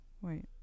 Wait